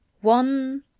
One